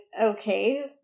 okay